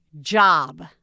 job